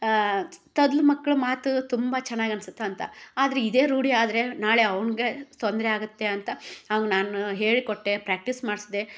ತೊದಲು ಮಕ್ಳ ಮಾತು ತುಂಬ ಚೆನ್ನಾಗಿ ಅನ್ಸುತ್ತಂತ ಆದ್ರೆ ಇದೇ ರೂಡಿಯಾದರೆ ನಾಳೆ ಅವನಿಗೆ ತೊಂದರೆ ಆಗತ್ತೆ ಅಂತ ಅವಂಗೆ ನಾನು ಹೇಳಿಕೊಟ್ಟೆ ಪ್ರ್ಯಾಕ್ಟೀಸ್ ಮಾಡ್ಸ್ದೆ